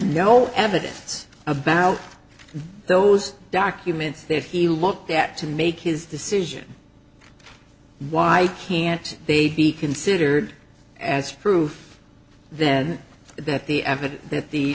no evidence about those documents that he looked at to make his decision why can't they be considered as proof then that the